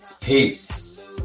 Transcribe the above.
Peace